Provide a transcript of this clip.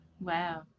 Wow